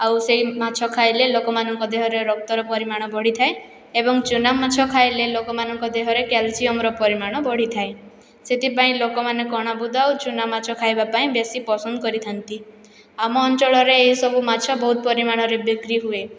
ଆଉ ସେହି ମାଛ ଖାଇଲେ ଲୋକମାନଙ୍କ ଦେହରେ ରକ୍ତର ପରିମାଣ ବଢ଼ିଥାଏ ଏବଂ ଚୁନାମାଛ ଖାଇଲେ ଲୋକମାନଙ୍କ ଦେହରେ କ୍ୟାଲସିୟମର ପରିମାଣ ବଢ଼ିଥାଏ ସେଥିପାଇଁ ଲୋକମାନେ କଣାପୁଦ ଆଉ ଚୁନାମାଛ ଖାଇବାପାଇଁ ବେଶି ପସନ୍ଦ କରିଥାନ୍ତି ଆମ ଅଞ୍ଚଳରେ ଏହିସବୁ ମାଛ ବହୁତ ପରିମାଣରେ ବିକ୍ରି ହୁଏ